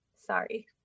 sorry